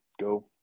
Go